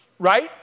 Right